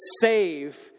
save